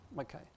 okay